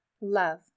love